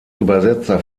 übersetzer